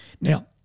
Now